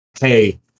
Hey